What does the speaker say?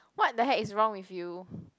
what the heck is wrong with you